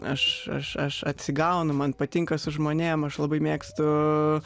aš aš aš atsigaunu man patinka su žmonėm aš labai mėgstu